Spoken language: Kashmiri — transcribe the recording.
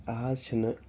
آز چھُنہٕ